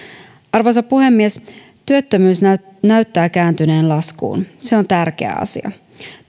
arvoisa puhemies työttömyys näyttää kääntyneen laskuun se on tärkeä asia